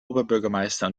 oberbürgermeister